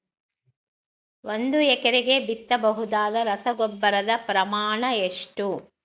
ಒಂದು ಎಕರೆಗೆ ಬಿತ್ತಬಹುದಾದ ರಸಗೊಬ್ಬರದ ಪ್ರಮಾಣ ಎಷ್ಟು?